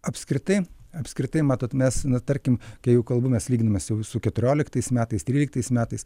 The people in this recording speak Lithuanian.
apskritai apskritai matot mes na tarkim kai jau kalbu mes lyginamės jau su keturioliktais metais tryliktais metais